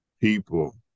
people